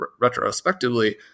retrospectively